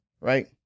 right